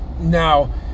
now